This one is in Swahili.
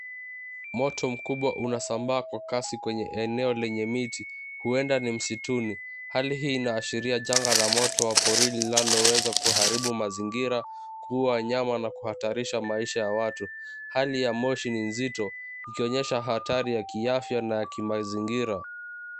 Moto mkubwa unasambaa kwa kasi kwenye eneo lenye miti huenda ni msituni. Hali hii inaashiria janga la moto wa porini linaloweza kuharibu mazingira, kuua wanyama na kuhatarisha maisha ya watu. Hali ya moshi ni nzito ikionyesha hatari ya kiafya na kimazingira.